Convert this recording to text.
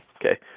Okay